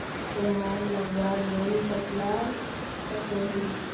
तेहार लगवार लोन कतला कसोही?